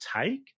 take